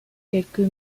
quelques